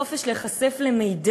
חופש להיחשף למידע,